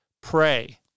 pray